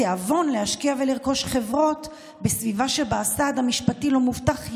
התיאבון להשקיע ולרכוש חברות בסביבה שבה הסעד המשפטי לא מובטח,